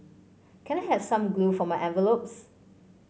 can I have some glue for my envelopes